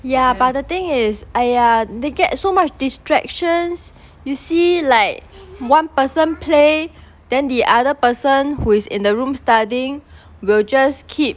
yeah but the thing is !aiya! they get so much distractions you see like one person play then the other person who is in the room studying will just keep